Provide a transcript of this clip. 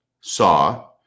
saw